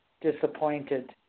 Disappointed